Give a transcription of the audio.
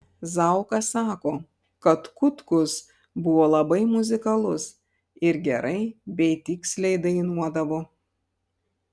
zauka sako kad kutkus buvo labai muzikalus ir gerai bei tiksliai dainuodavo